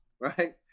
right